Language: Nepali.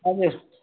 हजुर